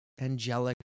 angelic